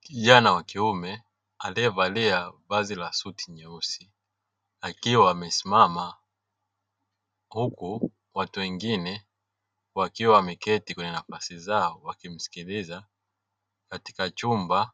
Kijana wa kiume aliyevalia vazi la suti nyeusi akiwa amesimama, huku watu wengine wakiwa wameketi kwenye nafasi zao wakimsikiliza katika chumba